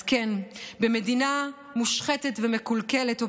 אז כן, במדינה מושחתת ומקולקלת ופגומה,